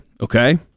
Okay